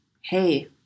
hey